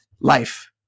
Life